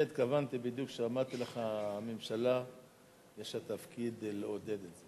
לזה בדיוק התכוונתי כשאמרתי לך שלממשלה יש תפקיד לעודד.